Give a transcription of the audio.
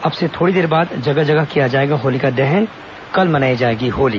अब से थोड़ी देर बाद जगह जगह किया जाएगा होलिका दहन कल मनाई जाएगी होली